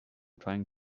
trying